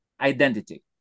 identity